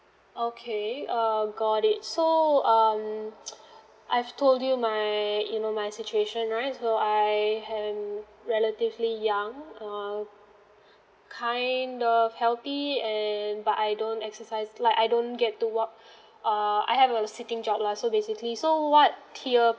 okay uh got it so um I've told you my you know my situation right so I am relatively young um kind of healthy and but I don't exercise like I don't get to work err I have a sitting job lah so basically so what tier